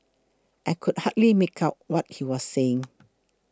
I could hardly make out what he was saying